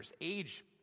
Age